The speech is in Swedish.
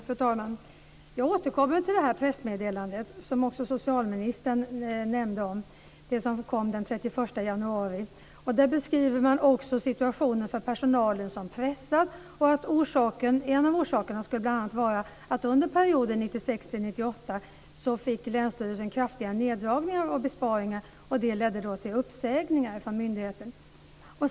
Fru talman! Jag återkommer till pressmeddelandet, som också socialministern nämnde, som kom den 31 januari. Där beskriver man också situationen för personalen som pressad. En av orsakerna skulle bl.a. vara att under perioden 1996-1998 fick länsstyrelsen kraftiga neddragningar och besparingar. Det ledde till uppsägningar från myndigheten.